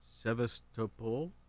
Sevastopol